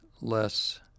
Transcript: less